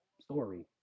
story